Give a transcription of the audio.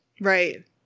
Right